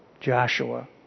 Joshua